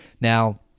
Now